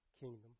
kingdom